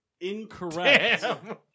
Incorrect